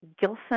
Gilson